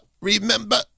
remember